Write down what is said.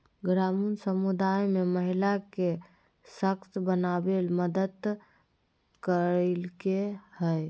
ग्रामीण समुदाय में महिला के सशक्त बनावे में मदद कइलके हइ